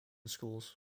schools